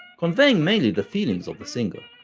conveying mainly the feelings of the singer.